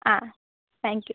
ಹಾಂ thank you